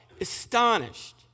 astonished